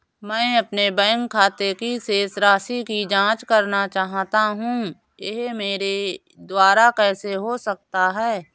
मैं अपने बैंक खाते की शेष राशि की जाँच करना चाहता हूँ यह मेरे द्वारा कैसे हो सकता है?